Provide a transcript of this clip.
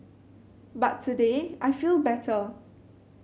but today I feel better